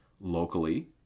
locally